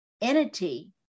entity